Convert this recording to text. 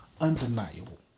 Undeniable